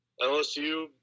LSU